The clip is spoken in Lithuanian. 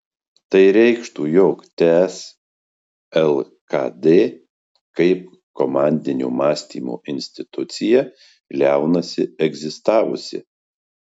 tai reikštų jog ts lkd kaip komandinio mąstymo institucija liaunasi egzistavusi